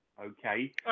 okay